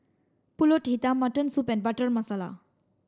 Pulut Hitam mutton soup butter Masala